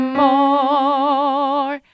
more